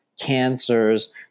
cancers